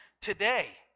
today